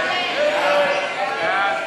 ההסתייגות של קבוצת סיעת יש עתיד,